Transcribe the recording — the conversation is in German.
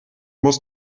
muss